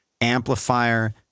amplifier